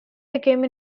became